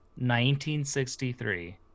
1963